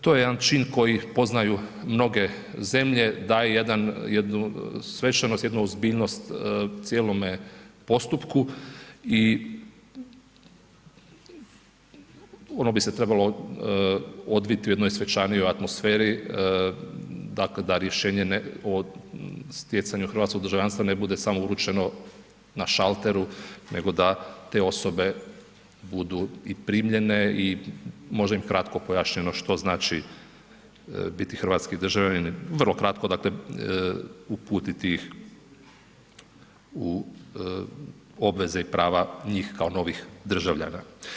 To je jedan čin koji poznaju mnoge zemlje, daje jedan, jednu svečanost, jednu ozbiljnost cijelome postupku i ono bi se trebalo odviti u jednoj svečanijoj atmosferi, dakle da rješenje o stjecanju hrvatskog državljanstva ne bude samo uručeno na šalteru, nego da te osobe budu i primljene i možda im kratko pojašnjeno što znači biti hrvatski državljanin, vrlo kratko, dakle uputiti ih u obveze i prava njih kao novih državljana.